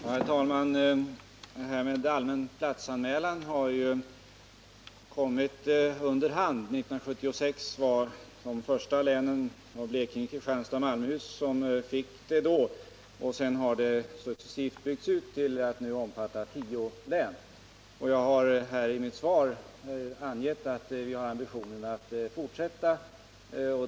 Herr talman! Allmän arbetsplatsanmälan har kommit under hand. De första länen, Blekinge, Kristianstads och Malmöhus län, fick en sådan 1976, och systemet har sedan successivt byggts ut till att nu omfatta tio län. Jag har i mitt svar angett att vi har ambitionen att fortsätta.